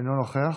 אינו נוכח.